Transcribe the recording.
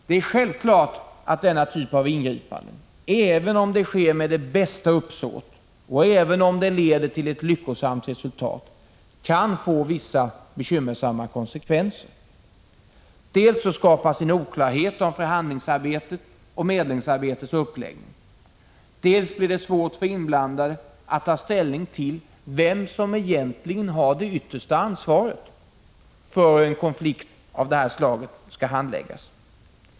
Det är självklart att denna typ av ingripanden, även om det sker med det bästa uppsåt och även om det leder till ett lyckosamt resultat, kan få vissa bekymmersamma konsekvenser: dels skapas oklarhet om förhandlingsarbetet och medlingsarbetets uppläggning, dels blir det svårt för de inblandade att ta ställning till vem som egentligen har det yttersta ansvaret för hur en konflikt av det här slaget skall hanteras.